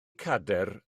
cadair